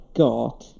god